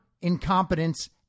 incompetence